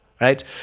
right